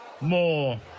More